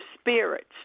spirits